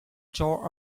genre